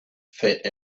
fat